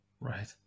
Right